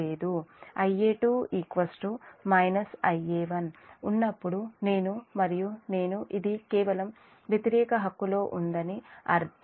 Ia2 Ia1 ఉన్నప్పుడు నేను మరియు నేను ఇది కేవలం వ్యతిరేక హక్కులో ఉందని అర్థం